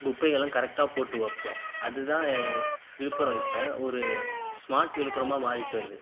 குப்பைகளெலாம் கரெக்ட்டாக போட்டு வைப்போம் அதுதான் விழுப்புரம் இப்போ ஒரு ஸ்மார்ட் விழுப்புரமாக மாறிகிட்டு வருது